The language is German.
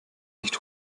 nicht